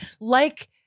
like-